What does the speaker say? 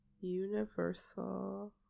universal